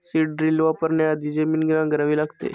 seed drill वापरण्याआधी जमीन नांगरावी लागते